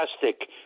Fantastic